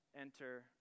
enter